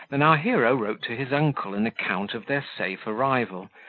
than our hero wrote to his uncle an account of their safe arrival,